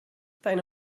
deine